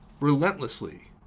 relentlessly